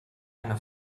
eine